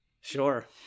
Sure